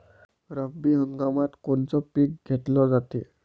रब्बी हंगामात कोनचं पिक घेतलं जाते?